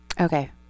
Okay